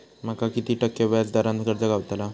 माका किती टक्के व्याज दरान कर्ज गावतला?